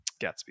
Gatsby